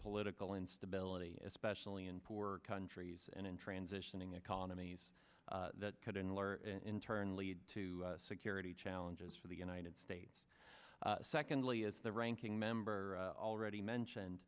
political instability especially in poorer countries and in transitioning economies that couldn't learn in turn lead to security challenges for the united states secondly is the ranking member already mentioned